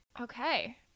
Okay